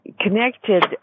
connected